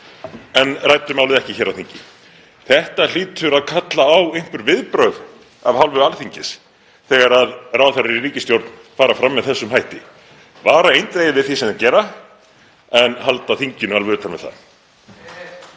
en ræddu málið ekki hér á þingi. Það hlýtur að kalla á einhver viðbrögð af hálfu Alþingis þegar ráðherrar í ríkisstjórn fara fram með þessum hætti, vara eindregið við því sem þeir gera en halda þinginu alveg utan við það.